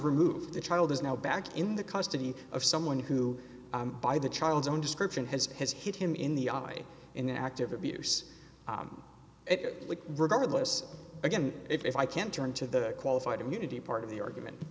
removed the child is now back in the custody of someone who by the child's own description has has hit him in the eye in the act of abuse it regardless again if i can turn to the qualified immunity part of the argument